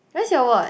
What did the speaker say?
where's your watch